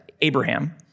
Abraham